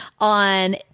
on